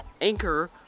Anchor